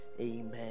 amen